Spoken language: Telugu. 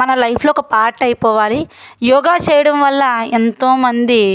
మన లైఫ్లో ఒక పార్ట్ అయిపోవాలి యోగా చేయడం వల్ల ఎంతోమంది